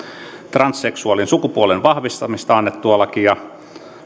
transseksuaalin sukupuolen vahvistamisesta annettua lakia